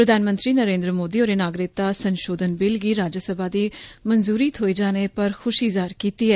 प्रधानमंत्री नरेन्द्र मोदी होरें नागरिकता संशोधन बिल गी राज्यसभा दी मंजूरी थ्होई जाने पर ख्शी जाह्न कीती ऐ